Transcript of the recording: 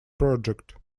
project